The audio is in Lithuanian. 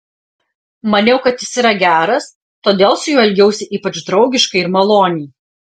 maniau kad jis yra geras todėl su juo elgiausi ypač draugiškai ir maloniai